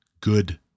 good